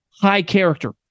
high-character